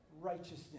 righteousness